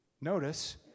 notice